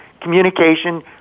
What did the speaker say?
communication